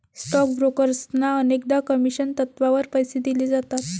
stock ब्रोकर्सना अनेकदा commission तत्त्वावर पैसे दिले जातात